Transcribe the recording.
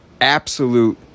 absolute